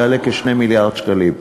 יעלה כ-2 מיליארד שקלים.